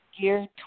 geared